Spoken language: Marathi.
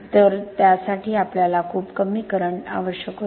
तर त्यासाठी आपल्याला खूप कमी करंट आवश्यक होता